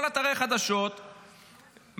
כל אתרי החדשות מדברים,